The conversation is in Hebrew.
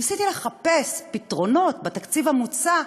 ניסיתי לחפש פתרונות בתקציב המוצע,